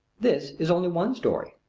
this is only one story.